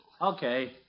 Okay